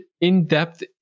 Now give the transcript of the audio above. in-depth